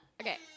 Okay